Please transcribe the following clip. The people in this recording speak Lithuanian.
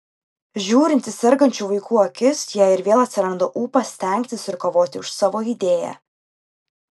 žiūrint į sergančių vaikų akis jai ir vėl atsiranda ūpas stengtis ir kovoti už savo idėją